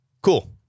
cool